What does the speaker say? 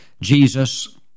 Jesus